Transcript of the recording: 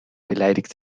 beleidigt